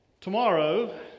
Tomorrow